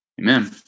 Amen